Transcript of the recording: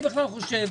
אני בכלל חושב